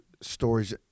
stories